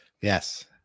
Yes